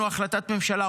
הבאנו החלטת ממשלה,